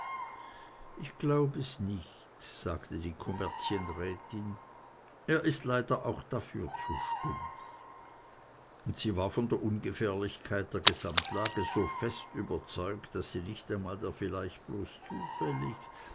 ich glaub es nicht sagte die kommerzienrätin er ist leider auch dafür zu stumpf und sie war von der ungefährlichkeit der gesamtlage so fest überzeugt daß sie nicht einmal der vielleicht bloß zufällig